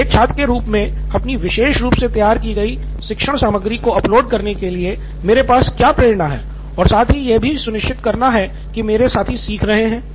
तो एक छात्र के रूप में अपनी विशेष रूप से तैयार की गयी शिक्षण सामग्री को अपलोड करने के लिए मेरे पास क्या प्रेरणा है और साथ ही यह भी सुनिश्चित करना है कि मेरे साथी सीख रहे हैं